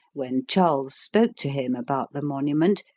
when charles spoke to him about the monument,